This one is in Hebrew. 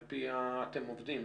על פיה אתם עובדים?